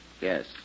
Yes